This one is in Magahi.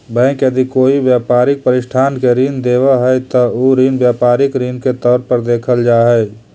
बैंक यदि कोई व्यापारिक प्रतिष्ठान के ऋण देवऽ हइ त उ ऋण व्यापारिक ऋण के तौर पर देखल जा हइ